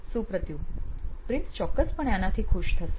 સુપ્રતિવ prince ચોક્કસપણે આનાથી ખુશ થશે